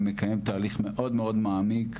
מקיים תהליך מאוד מאוד מעמיק,